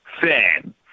fan